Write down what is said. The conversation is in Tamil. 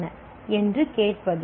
'" என்று கேட்பது